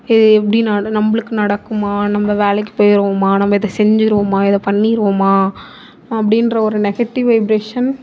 இது எப்படி நம்மளுக்கு நடக்குமா நம்ம வேலைக்கு போயிடுவோமா நம்ம இதை செஞ்சுருவோமா இதை பண்ணிடுவோமா அப்படின்ற ஒரு நெகட்டிவ் வைப்ரேஷன்